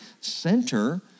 center